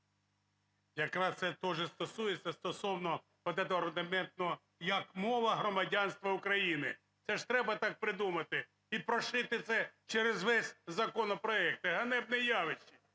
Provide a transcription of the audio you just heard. Якраз це теж стосується стосовно цього рудиментного "як мова громадянства України". Це ж треба так придумати. І прошити це через весь законопроект. Ганебне явище.